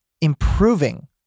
improving